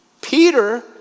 Peter